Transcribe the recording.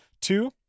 Two